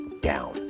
down